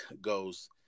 goes